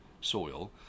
soil